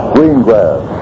Greengrass